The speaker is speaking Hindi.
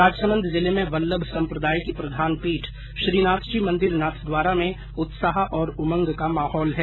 राजसमंद जिले में वल्लभ सम्प्रदाय की प्रधानपीठ श्रीनाथजी मंदिर नाथद्वारा में उत्साह और उमंग का माहौल है